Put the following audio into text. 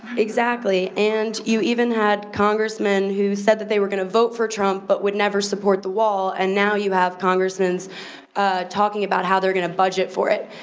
exactly and you even had congressmen who said that they were gonna vote for trump but would never support the wall and now, you have congressmans talking about how they're gonna budget for it.